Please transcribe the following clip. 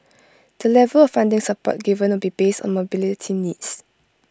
the level of funding support given will be based on mobility needs